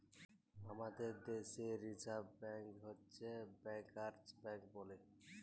হামাদের দ্যাশে reserve bank হচ্ছ ব্যাংকার্স ব্যাঙ্ক বলে